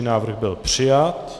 Návrh byl přijat.